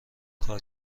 کار